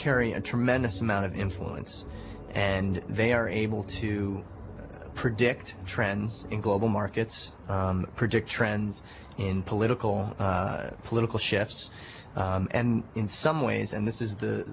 carry a tremendous amount of influence and they are able to predict trends in global markets predict trends in political political chefs and in some ways and this is the